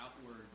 outward